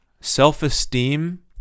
self-esteem